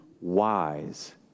wise